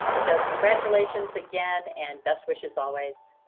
so, congratulations again, and best wishes always.